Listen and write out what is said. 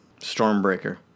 Stormbreaker